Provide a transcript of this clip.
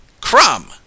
Crumb